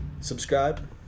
Subscribe